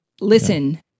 listen